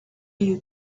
you